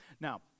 now